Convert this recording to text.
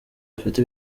bafite